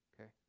okay